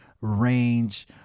range